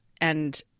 And-